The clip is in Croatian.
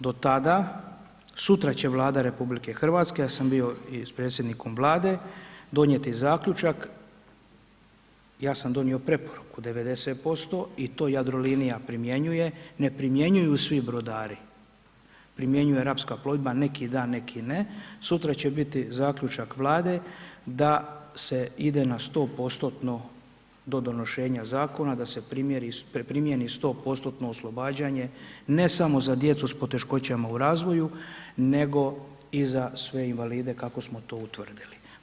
Do tada, sutra će Vlada RH, ja sam i sa predsjednikom Vlade, donijeti zaključak, ja sam donio preporuku, 90% i to Jadrolinija primjenjuje, ne primjenjuju svi brodari, primjenjuje Rapska plovidba, neki dan, neki ne, sutra će biti zaključak Vlade da se ide na 100%-tno do donošenja zakona da se primijeni 100%-tno oslobađanje ne samo za djecu s poteškoćama u razvoju nego za sve invalide kako smo to i utvrdili.